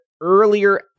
Earlier